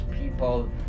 people